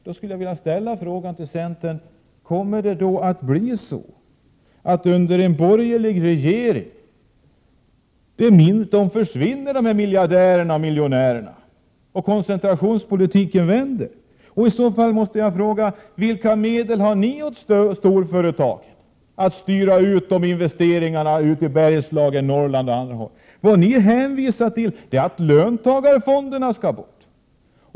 Jag vill emellertid ställa en fråga till centern: Kommer dessa miljardärer och miljonärer att försvinna om vi får en borgerlig regering? Kommer koncentrationspolitiken att vända? Om så är fallet måste jag fråga: Vilka medel har ni mot storföretag, att styra deras investeringar ut till Bergslagen, Norrland och andra ställen? Ni hänvisar till att löntagarfonderna skall bort.